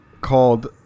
called